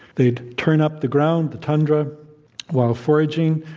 they'd turn up the ground, the tundra while foraging.